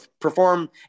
perform